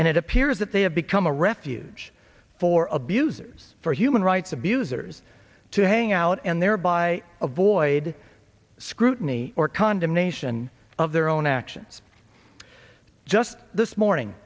and it appears that they have become a refuge for abusers for human rights abusers to hang out and thereby avoid scrutiny or condemnation of their own actions just this morning